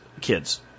kids